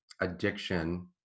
addiction